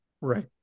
Right